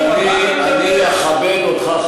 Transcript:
אבל אני אכבד אותך,